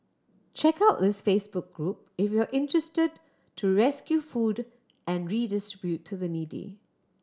check out this Facebook group if you are interested to rescue food and redistribute to the needy